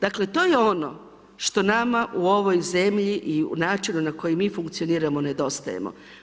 Dakle to je ono što nama u ovoj zemlji i u načinu na koji mi funkcioniramo nedostaje.